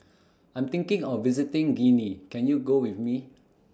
I'm thinking of visiting Guinea Can YOU Go with Me